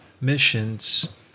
missions